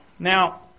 Now